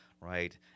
right